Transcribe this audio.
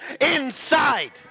inside